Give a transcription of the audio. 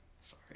Sorry